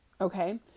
Okay